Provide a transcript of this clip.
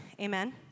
amen